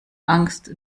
angst